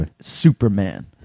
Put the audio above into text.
Superman